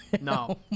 no